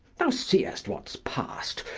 thou seest what's past,